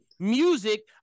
Music